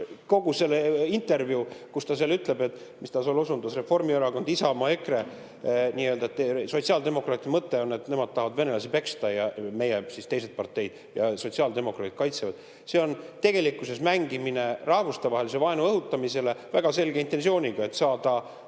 kogu see intervjuu, kus ta ütleb – mis ta seal osundas? Reformierakond, Isamaa, EKRE –, et sotsiaaldemokraatide mõte on, et nemad tahavad venelasi peksta – meie, teised parteid – ja sotsiaaldemokraadid kaitsevad. See on tegelikkuses mängimine, rahvustevahelise vaenu õhutamisele väga selge intentsiooniga, et saada